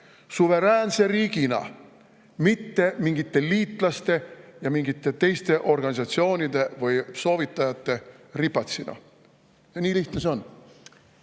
suveräänse riigina, mitte mingite liitlaste ja mingite teiste organisatsioonide või soovitajate ripatsina. Nii lihtne see on.